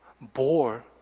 bore